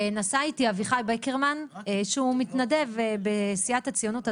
נסע איתי אביחי בקרמן שהוא מתנדב בסיעת הציונות הדתית,